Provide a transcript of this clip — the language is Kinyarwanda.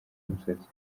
umusatsi